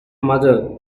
mother